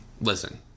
Listen